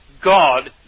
God